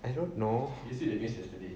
I don't know